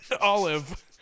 olive